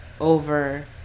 over